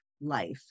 life